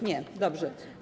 Nie? Dobrze.